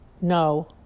no